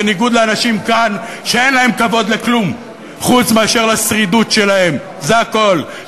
בניגוד לאנשים כאן שאין להם כבוד לכלום חוץ מאשר לשרידות שלהם וזה הכול,